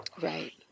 Right